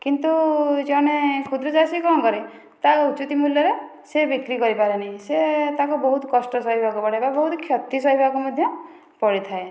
କିନ୍ତୁ ଜଣେ କ୍ଷୁଦ୍ର ଚାଷୀ କଣ କରେ ତା ଉଚିତ ମୂଲ୍ୟରେ ସେ ବିକ୍ରି କରି ପାରେ ନାହିଁ ସେ ତାକୁ ବହୁତ କଷ୍ଟ ସହିବାକୁ ପଡ଼େ ବା ବହୁତ କ୍ଷତି ସହିବାକୁ ମଧ୍ୟ ପଡ଼ିଥାଏ